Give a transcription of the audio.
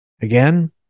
Again